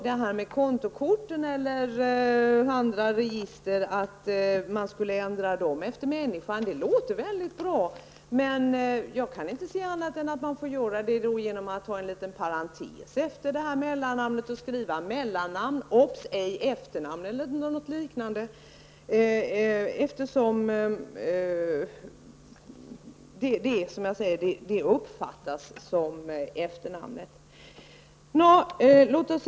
Det låter bra att man skulle ändra kontokort eller andra register efter människan, men jag kan inte se annat än att man då får göra det genom att efter mellannamnet ha en liten parantes där man skriver exempelvis ''mellannamn, obs ej efternamn'', eftersom detta namn uppfattas som efternamnet.